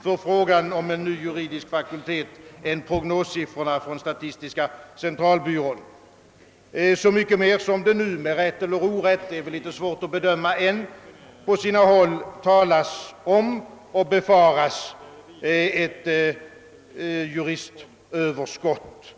för frågan om en ny juridisk fakultet än prognossiffrorna från statistiska centralbyrån, så mycket mer som det nu med rätt eller orätt — det är litet svårt att bedöma ännu — på sina håll befaras ett juristöverskott.